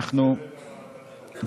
לצוות הוועדה.